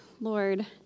Lord